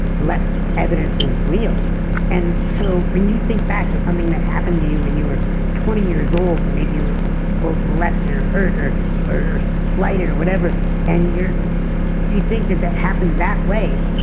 the less evidence is real and so when you think back to something that happened to you when you were twenty years old, maybe you were molested, or hurt, or or slighted or whatever and you think that that happened that way,